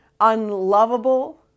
unlovable